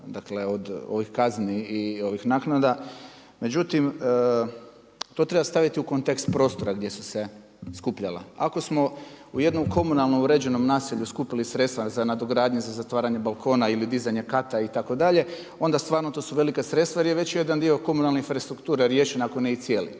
od ovih kazni i ovih naknada, međutim to treba staviti u kontekst prostora gdje su se skupljala. Ako smo u jednom komunalno uređenom naselju skupili sredstva za nadogradnje za zatvaranje balkona ili dizanje kata itd. onda stvarno to su velika sredstva jer je već jedan dio komunalne infrastrukture riješen ako ne i cijeli.